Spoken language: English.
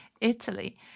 Italy